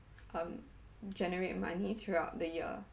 um generate money throughout the year